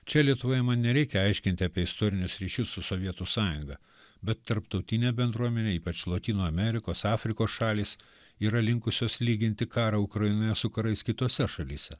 čia lietuvoje man nereikia aiškinti apie istorinius ryšius su sovietų sąjunga bet tarptautinė bendruomenė ypač lotynų amerikos afrikos šalys yra linkusios lyginti karą ukrainoje su karais kitose šalyse